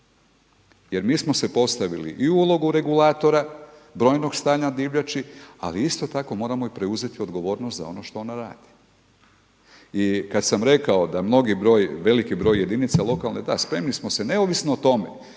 Jer mi smo se postavili i u ulogu regulatora, brojnog stanja divljači ali isto tako moramo i preuzeti odgovornost za ono što ona radi. I kada sam rekao da mnogi broj, veliki broj jedinica lokalne, da spremni smo se, neovisno o tome